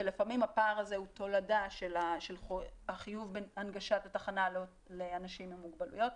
ולפעמים הפער הזה הוא תולדה של החיוב בהנגשת התחנה לאנשים עם מוגבלויות.